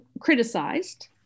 criticized